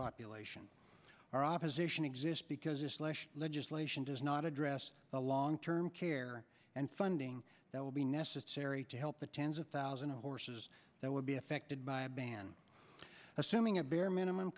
population our opposition exist because legislation does not address the long term care and funding that will be necessary to help the tens of thousand horses that would be affected by a ban assuming a bare minimum